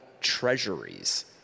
treasuries